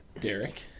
derek